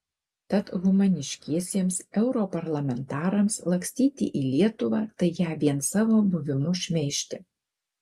tad humaniškiesiems europarlamentarams lakstyti į lietuvą tai ją vien savo buvimu šmeižti